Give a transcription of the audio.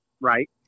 right